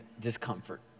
discomfort